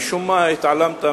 משום מה התעלמת,